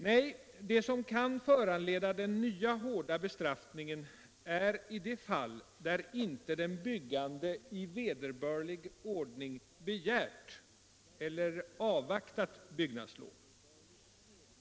Nej, det som kan föranleda den nya hårda bestraffningen är de fall där inte den byggande i vederbörlig ordning begärt eller avvaktat byggnadslov.